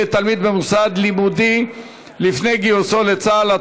לתלמיד במוסד לימודי לפני גיוסו לצה"ל),